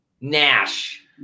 Nash